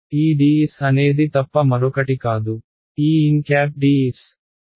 ఈ ds అనేది తప్ప మరొకటి కాదు ఈ nds